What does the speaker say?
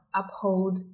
uphold